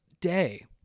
day